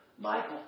Michael